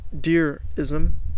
deer-ism